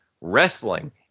wrestling